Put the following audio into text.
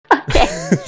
Okay